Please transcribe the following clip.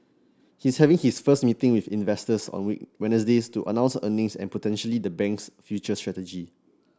he's having his first meeting with investors on Wednesday to announce earnings and potentially the bank's future strategy